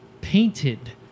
painted